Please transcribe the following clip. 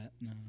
No